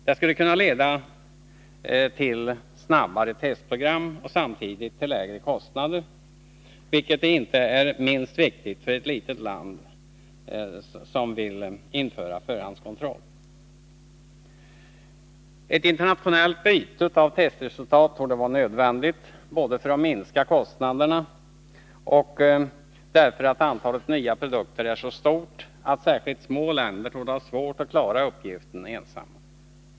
Det skulle kunna leda till snabbare testprogram och samtidigt till lägre kostnader, vilket inte är minst viktigt då ett litet land vill införa förhandskontroll. Ett internationellt utbyte av testresultat torde vara nödvändigt både för att minska kostnaderna och för att antalet nya produkter är så stort att särskilt små länder torde ha svårt att klara uppgiften ensamma.